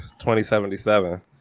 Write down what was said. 2077